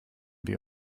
wir